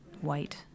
white